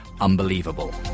unbelievable